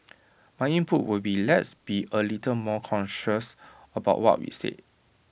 my input would be let's be A little more cautious about what we say